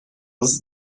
was